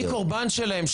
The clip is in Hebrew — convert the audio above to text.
אני קורבן שלהם.